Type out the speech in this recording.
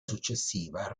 successiva